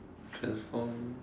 transform